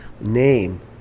name